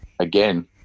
again